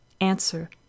Answer